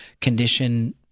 condition